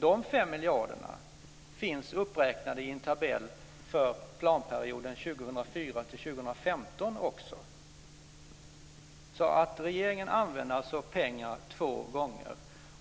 Dessa 5 miljarder finns också uppräknade i en tabell för planperioden 2004-2015. Regeringen använder alltså pengarna två gånger.